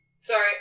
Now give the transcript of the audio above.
sorry